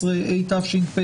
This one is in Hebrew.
הסדר.